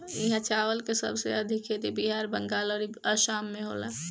इहा चावल के सबसे अधिका खेती बिहार, बंगाल अउरी आसाम में होला